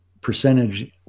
percentage